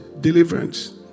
deliverance